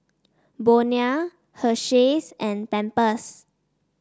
Bonia Hersheys and Pampers